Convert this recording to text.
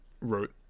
wrote